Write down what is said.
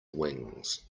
wings